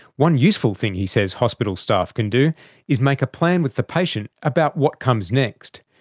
one useful thing he says hospital staff can do is make a plan with the patient about what comes next,